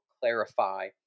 clarify